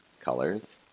colors